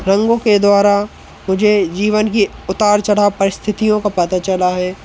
रंगों के द्वारा मुझे जीवन की उतार चढ़ाव परिस्थितियों का पता चला है